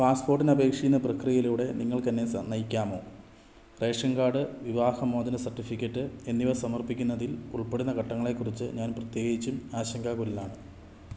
പാസ്പോർട്ടിന് അപേക്ഷിക്കുന്ന പ്രക്രിയയിലൂടെ നിങ്ങൾക്ക് എന്നെ നയിക്കാമോ റേഷൻ കാർഡ് വിവാഹമോചന സർട്ടിഫിക്കറ്റ് എന്നിവ സമർപ്പിക്കുന്നതിൽ ഉൾപ്പെടുന്ന ഘട്ടങ്ങളെക്കുറിച്ച് ഞാൻ പ്രത്യേകിച്ചും ആശങ്കാകുലനാണ്